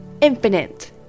infinite